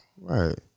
Right